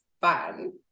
fun